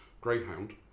Greyhound